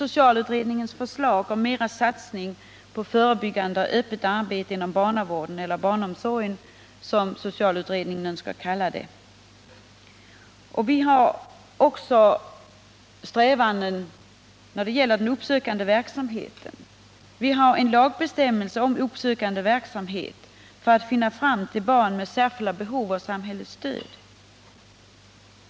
socialutredningens förslag om mera satsning på förebyggande öppet arbete inom barnavården eller barnomsorgen, som socialutredningen önskar kalla det. Vi har också strävanden när det gäller den uppsökande verksamheten. Det finns en lagbestämmelse om uppsökande verksamhet för att nå fram till barn med särskilda behov av samhällets stöd.